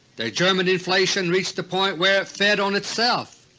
the german inflation reached the point where it fed on itself.